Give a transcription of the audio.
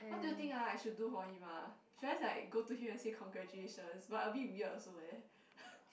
what do you think ah I should do for him ah should I just like go to him and say congratulations but a bit weird also leh